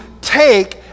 take